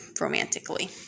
romantically